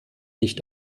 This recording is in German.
nicht